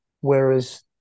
Whereas